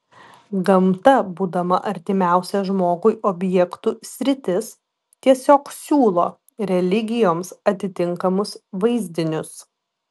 gamta būdama artimiausia žmogui objektų sritis tiesiog siūlo religijoms atitinkamus vaizdinius